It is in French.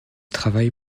travaille